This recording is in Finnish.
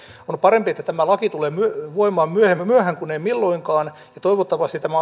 on parempi että tämä laki tulee voimaan myöhään myöhään kuin ei milloinkaan ja toivottavasti tämä